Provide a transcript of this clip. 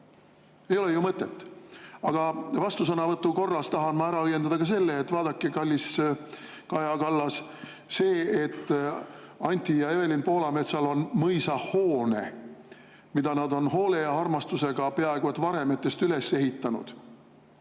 Ei ole ju mõtet. Aga vastusõnavõtu korras tahan ma ära õiendada ka selle, et vaadake, kallis Kaja Kallas, see, et Anti ja Evelin Poolametsal on mõisahoone, mida nad on hoole ja armastusega peaaegu et varemetest üles ehitanud